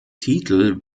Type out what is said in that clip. titel